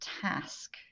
task